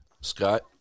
Scott